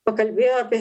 pakalbėjo apie